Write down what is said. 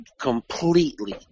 Completely